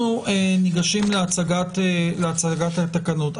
אנחנו ניגשים להצגת התקנות.